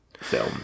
film